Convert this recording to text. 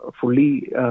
fully